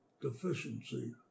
deficiency